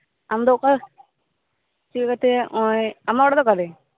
ᱟᱢᱫᱚ ᱚᱠᱟ ᱪᱮᱫ ᱞᱮᱠᱟᱛᱮ ᱱᱚᱜᱚᱭ ᱟᱢᱟᱜ ᱚᱲᱟᱜ ᱫᱚ ᱚᱠᱟᱨᱮ